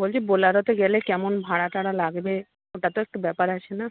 বলছি বোলারোতে গেলে কেমন ভাড়া টাড়া লাগবে ওটা তো একটু ব্যাপার আছে না